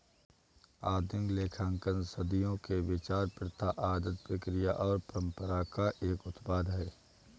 आधुनिक लेखांकन सदियों के विचार, प्रथा, आदत, क्रिया और परंपरा का एक उत्पाद है